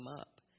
up